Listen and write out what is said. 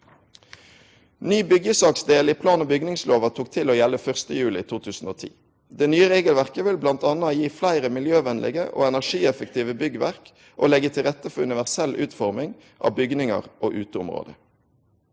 Ny byggjesaksdel i plan- og bygningslova tok til å gjelde 1. juli 2010. Det nye regelverket vil bl.a. gi fleire miljøvennlege og energieffektive byggverk og leggje til rette for universell utforming av bygningar og uteområde.